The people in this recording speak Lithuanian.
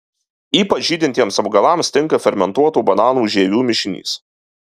ypač žydintiems augalams tinka fermentuotų bananų žievių mišinys